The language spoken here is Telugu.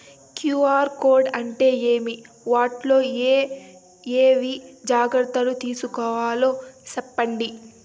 క్యు.ఆర్ కోడ్ అంటే ఏమి? దాంట్లో ఏ ఏమేమి జాగ్రత్తలు తీసుకోవాలో సెప్పండి?